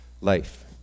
life